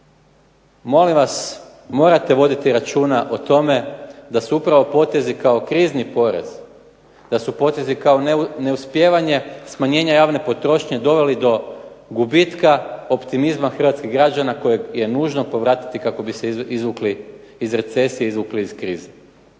Molim vas, morate voditi računa o tome da su upravo potezi kao krizni porez, da su potez kao neuspijevanje smanjenja javne potrošnje doveli do gubitka optimizma hrvatskih građana kojeg je nužno povratiti kako bi se izvukli iz recesije, izvukli iz krize.